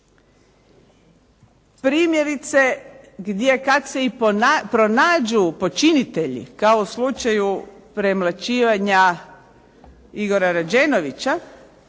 Primjerice gdje kad se i pronađu počinitelji, kao u slučaju premlaćivanja Igora Rađenovića,